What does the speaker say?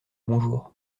bonjour